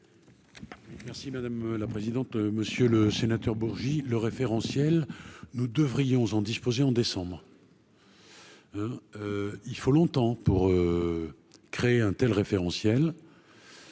Merci madame la présidente, monsieur le sénateur, Bourgi le référentiel, nous devrions en disposer en décembre. Il faut longtemps pour créer un tel référentiel.